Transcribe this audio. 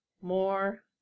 more